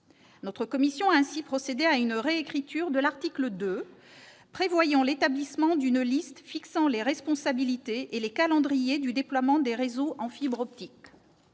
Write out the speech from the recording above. Notre commission a ainsi procédé à une réécriture de l'article 2, prévoyant l'établissement d'une liste fixant les responsabilités et les calendriers du déploiement des réseaux en fibre optique.